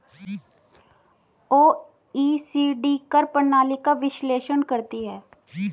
OECD कर प्रणाली का विश्लेषण करती हैं